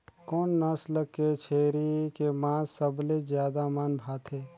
कोन नस्ल के छेरी के मांस सबले ज्यादा मन भाथे?